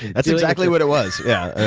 that's exactly what it was, yeah.